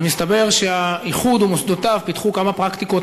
ומסתבר שהאיחוד ומוסדותיו פיתחו כמה פרקטיקות